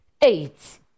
eight